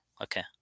Okay